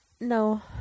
no